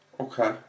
Okay